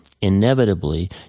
inevitably